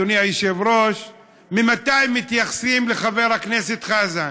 אדוני היושב-ראש: ממתי מתייחסים לחבר הכנסת חזן?